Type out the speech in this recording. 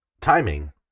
timing